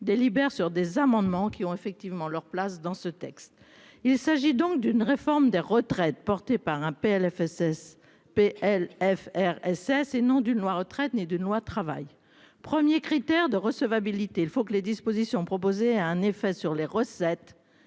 délibère sur des amendements qui ont effectivement leur place dans ce texte. Il s'agit donc d'une réforme des retraites portée par un PLFSS P. L. F R SS et non d'une loi retraite née d'une loi travail 1er critère de recevabilité, il faut que les dispositions proposées à un effet sur les recettes